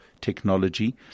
technology